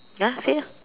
ya say ah